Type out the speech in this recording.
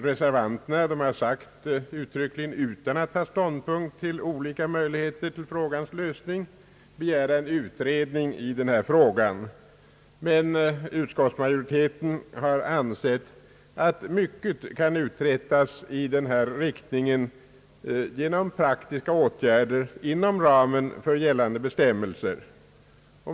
Reservanterna har utan att ta ståndpunkt till olika möjligheter till frågans lösning begärt en utredning. Utskottsmajoriteten anser, att mycket kan uträttas genom praktiska åtgärder inom ramen för gällande bestämmelser.